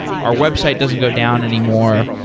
our website doesn't go down anymore.